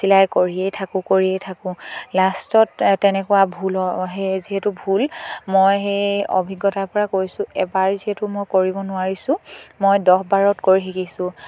চিলাই কৰিয়েই থাকোঁ কৰিয়েই থাকোঁ লাষ্টত তেনেকুৱা ভুল সেই যিহেতু ভুল মই সেই অভিজ্ঞতাৰ পৰা কৈছোঁ এবাৰ যিহেতু মই কৰিব নোৱাৰিছোঁ মই দহ বাৰত কৰি শিকিছোঁ